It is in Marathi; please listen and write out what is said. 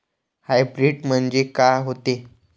हाइब्रीड म्हनजे का होते?